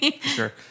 Sure